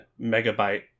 megabyte